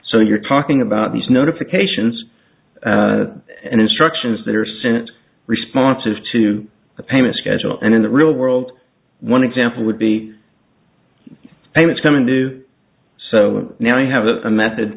so you're talking about these notifications and instructions that are sent responsive to the payment schedule and in the real world one example would be payments coming due so now i have a method